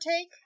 take